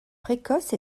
précoce